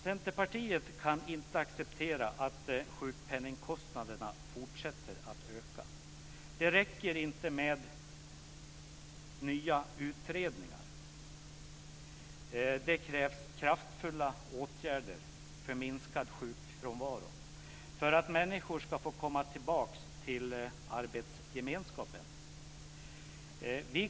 Centerpartiet kan inte acceptera att sjukpenningkostnaderna fortsätter att öka. Det räcker inte med nya utredningar. Det krävs kraftfulla åtgärder för minskad sjukfrånvaro, för att människor ska få komma tillbaka till arbetsgemenskapen.